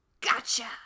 gotcha